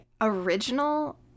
original